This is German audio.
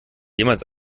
jemals